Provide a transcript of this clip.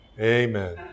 Amen